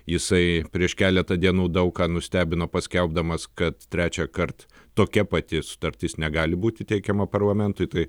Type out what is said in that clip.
jisai prieš keletą dienų daug ką nustebino paskelbdamas kad trečiąkart tokia pati sutartis negali būti teikiama parlamentui tai